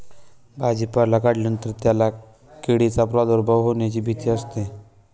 भाजीपाला काढल्यानंतर त्याला किडींचा प्रादुर्भाव होण्याची भीती असते